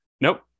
Nope